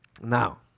Now